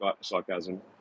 sarcasm